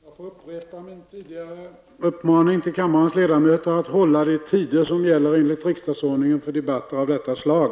Jag får upprepa min tidigare uppmaning till kammarens ledamöter att hålla de tider som enligt riksdagsordningen gäller för debatter av detta slag.